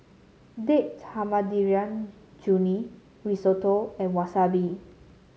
Date Tamarind Chutney Risotto and Wasabi